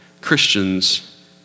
Christians